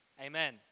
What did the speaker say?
Amen